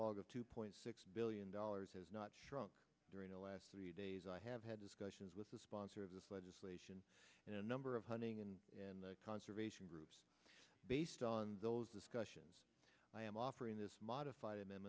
log of two point six billion dollars has not shrunk during the last three days i have had discussions with the sponsor of this legislation a number of hunting and conservation groups based on those discussions i am offering this modified a